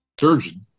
Surgeon